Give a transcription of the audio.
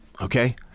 Okay